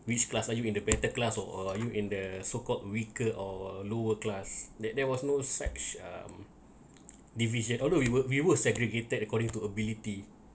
which class are you in the better class or are you in the so called weaker or lower class that there was no sex um division although we were we were segregated according to ability